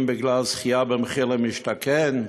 אם בגלל זכייה במחיר למשתכן,